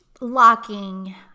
locking